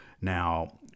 Now